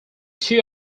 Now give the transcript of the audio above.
two